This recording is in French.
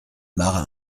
marins